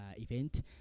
event